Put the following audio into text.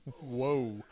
whoa